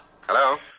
Hello